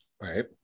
Right